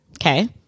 Okay